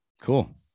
Cool